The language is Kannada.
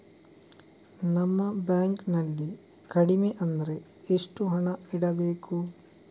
ನಮ್ಮ ಬ್ಯಾಂಕ್ ನಲ್ಲಿ ಕಡಿಮೆ ಅಂದ್ರೆ ಎಷ್ಟು ಹಣ ಇಡಬೇಕು?